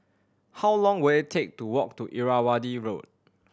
how long will it take to walk to Irrawaddy Road